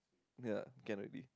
ya can already